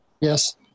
Yes